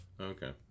Okay